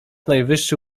najwyższy